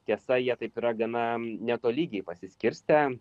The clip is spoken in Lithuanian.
tiesa jie taip yra gana netolygiai pasiskirstę